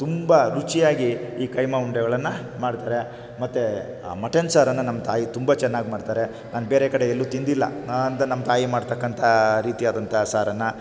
ತುಂಬ ರುಚಿಯಾಗಿ ಈ ಕೈಮಾ ಉಂಡೆಗಳನ್ನ ಮಾಡ್ತಾರೆ ಮತ್ತು ಆ ಮಟನ್ ಸಾರನ್ನು ನಮ್ಮ ತಾಯಿ ತುಂಬ ಚೆನ್ನಾಗ್ ಮಾಡ್ತಾರೆ ನಾನು ಬೇರೆ ಕಡೆ ಎಲ್ಲೂ ತಿಂದಿಲ್ಲ ಅಂದರೆ ನಮ್ಮ ತಾಯಿ ಮಾಡ್ತಕ್ಕಂಥ ರೀತಿಯಾದಂಥ ಸಾರನ್ನು